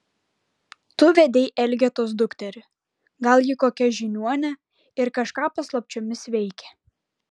tu vedei elgetos dukterį gal ji kokia žiniuonė ir kažką paslapčiomis veikia